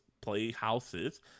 playhouses